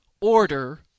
order